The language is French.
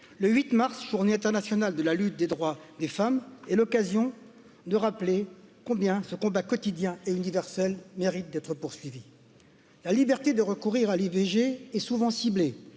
le 8 mars Journée internationale de la lutte des droits des femmes est l'occasion de rappeler combien ce combat quotidien et universel mérite d'être poursuivis la liberté de recourir à l'i V G est souvent ciblée